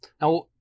Now